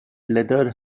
leather